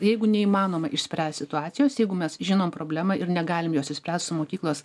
jeigu neįmanoma išspręst situacijos jeigu mes žinom problemą ir negalim jos išspręst su mokyklos